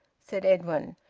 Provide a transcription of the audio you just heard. said edwin.